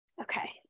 Okay